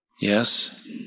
Yes